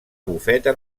bufeta